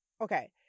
okay